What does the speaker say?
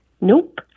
Nope